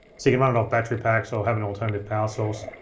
so you can run it off battery packs or have an alternative power source.